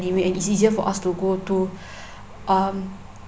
anyway and it's easier for us to go to um